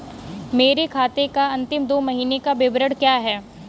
मेरे खाते का अंतिम दो महीने का विवरण क्या है?